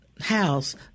house